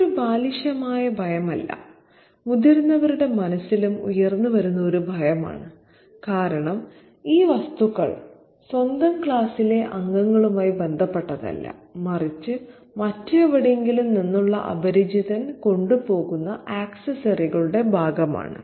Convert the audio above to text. ഇത് ഒരു ബാലിശമായ ഭയമല്ല മുതിർന്നവരുടെ മനസ്സിലും ഉയർന്നുവരുന്ന ഒരു ഭയമാണ് കാരണം ഈ വസ്തുക്കൾ സ്വന്തം ക്ലാസിലെ അംഗങ്ങളുമായി ബന്ധപ്പെട്ടതല്ല മറിച്ച് മറ്റെവിടെയെങ്കിലും നിന്നുള്ള അപരിചിതൻ കൊണ്ടുപോകുന്ന ആക്സസറികളുടെ ഭാഗമാണ്